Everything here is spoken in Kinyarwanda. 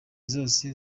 zose